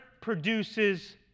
produces